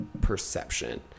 perception